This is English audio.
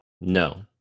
No